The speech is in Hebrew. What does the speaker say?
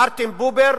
מרטין בובר,